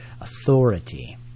authority